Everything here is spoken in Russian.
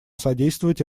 содействовать